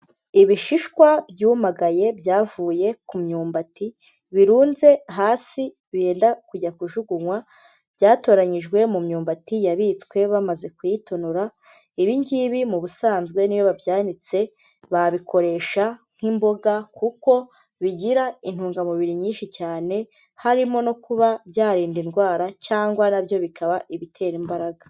Ibishishwa byumagaye byavuye ku myumbati birunze hasi birenda kujya kujugunywa, byatoranyijwe mu myumbati yabitswe bamaze kuyitonora, ibi ngibi mu busanzwe n'iyo babyanitse babikoresha nk'imboga kuko bigira intungamubiri nyinshi cyane, harimo no kuba byarinda indwara cyangwa nabyo bikaba ibitera imbaraga.